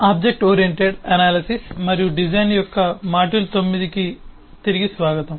object oriented analysis మరియు design యొక్క module 9 కు తిరిగి స్వాగతం